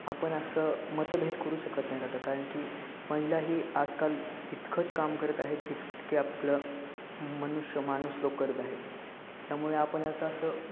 आपण असं मतभेद करू शकत नाहीत आता कारण की महिला ही आजकाल तितकंच काम करत आहेत जितके आपलं मनुष्य माणूस लोक करत आहेत त्यामुळे आपण आता असं